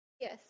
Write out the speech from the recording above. Yes